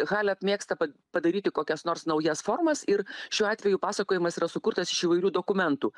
halet mėgsta pad padaryti kokias nors naujas formas ir šiuo atveju pasakojimas yra sukurtas iš įvairių dokumentų